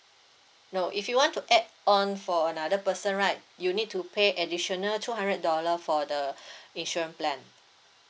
no if you want to add on for another person right you need to pay additional two hundred dollar for the insurance plan